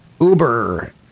Uber